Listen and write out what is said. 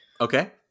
Okay